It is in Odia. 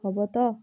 ହବ ତ